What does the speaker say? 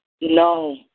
No